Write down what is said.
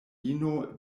ino